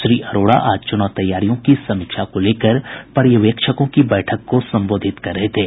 श्री अरोड़ा आज चुनाव तैयारियों की समीक्षा को लेकर पर्यवेक्षकों की बैठक को संबोधित कर रहे थे